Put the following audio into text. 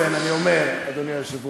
תמשיך, אדוני.